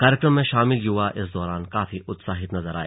कार्यक्रम में शामिल युवा इस दौरान काफी उत्साहित नजर आए